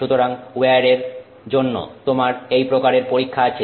সুতরাং উইয়ার এর জন্য তোমার এই প্রকারের পরীক্ষা আছে